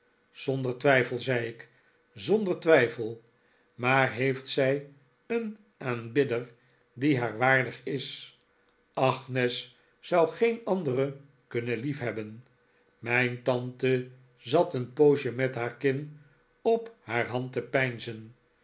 zonder twijfel zei ik zonder twijfel maar heeft zij een aanbidder die haar waardig is agnes zou geen anderen kunnen liefhebben mijn tante zat een poosje met haar kin op haar hand te